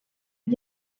iki